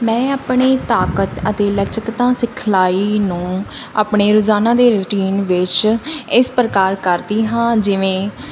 ਮੈਂ ਆਪਣੀ ਤਾਕਤ ਅਤੇ ਲਚਕਤਾ ਸਿਖਲਾਈ ਨੂੰ ਆਪਣੇ ਰੋਜ਼ਾਨਾ ਦੀ ਰੂਟੀਨ ਵਿੱਚ ਇਸ ਪ੍ਰਕਾਰ ਕਰਦੀ ਹਾਂ ਜਿਵੇਂ